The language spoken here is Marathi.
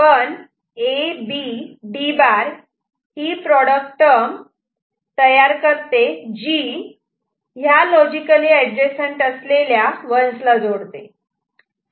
पण A B D' हे प्रोडक्ट टर्म तयार करते जी ह्या लॉजिकली एडजसंट असलेल्या 1's ला जोडते